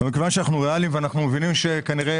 מכיוון שאנחנו ריאליים ואנחנו מבינים שכנראה